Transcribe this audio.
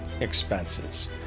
expenses